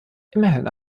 immerhin